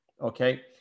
Okay